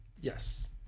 Yes